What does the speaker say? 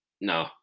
no